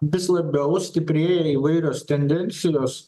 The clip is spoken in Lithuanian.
vis labiau stiprėja ir įvairios tendencijos